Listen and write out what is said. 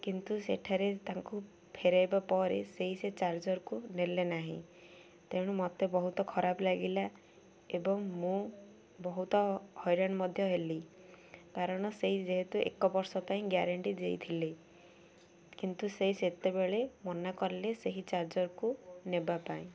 କିନ୍ତୁ ସେଠାରେ ତାଙ୍କୁ ଫେରାଇବା ପରେ ସେଇ ସେ ଚାର୍ଜର୍କୁ ନେଲେ ନାହିଁ ତେଣୁ ମୋତେ ବହୁତ ଖରାପ ଲାଗିଲା ଏବଂ ମୁଁ ବହୁତ ହଇରାଣ ମଧ୍ୟ ହେଲି କାରଣ ସେଇ ଯେହେତୁ ଏକ ବର୍ଷ ପାଇଁ ଗ୍ୟାରେଣ୍ଟି ଦେଇଥିଲେ କିନ୍ତୁ ସେ ସେତେବେଳେ ମନା କଲେ ସେହି ଚାର୍ଜର୍କୁ ନେବା ପାଇଁ